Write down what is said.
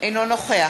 אינו נוכח